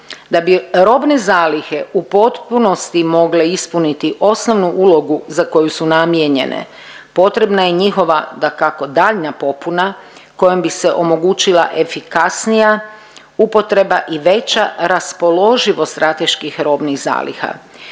da bi robne zalihe u potpunosti mogle ispuniti osnovnu ulogu za koju su namijenjene potrebna je njihova dakako daljnja popuna kojom bi se omogućila efikasnija upotreba i veća raspoloživost strateških robnih zaliha.